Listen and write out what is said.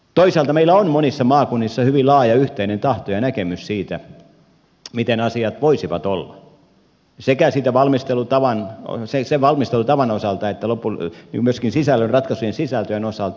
toisaalta meillä on monissa maakunnissa hyvin laaja yhteinen tahto ja näkemys siitä miten asiat voisivat olla sekä sen valmistelutavan osalta että myöskin ratkaisujen sisältöjen osalta